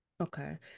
Okay